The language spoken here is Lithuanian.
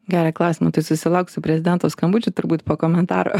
gerą klausimą tai susilauksiu prezidento skambučių turbūt po komentaro